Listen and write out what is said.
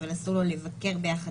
אבל ההנחיות היו דומות מאוד.